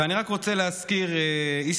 ואני רק רוצה להזכיר היסטורית